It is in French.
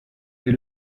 est